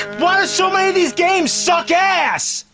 why do so many of these games suck ass?